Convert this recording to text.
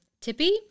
Tippy